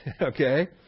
okay